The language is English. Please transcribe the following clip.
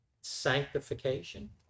sanctification